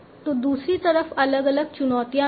तो दूसरी तरफ अलग अलग चुनौतियाँ भी हैं